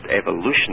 evolution